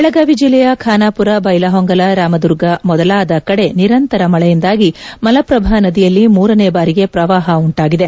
ಬೆಳಗಾವಿ ಜಿಲ್ಲೆಯ ಖಾನಾಪುರ ಬೈಲಹೊಂಗಲ ರಾಮದುರ್ಗ ಮೊದಲಾದ ಕಡೆ ನಿರಂತರ ಮಳೆಯಿಂದಾಗಿ ಮಲಪ್ರಭಾ ನದಿಯಲ್ಲಿ ಮೂರನೇ ಬಾರಿಗೆ ಪ್ರವಾಹ ಉಂಟಾಗಿದೆ